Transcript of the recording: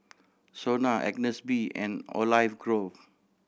SONA Agnes B and Olive Grove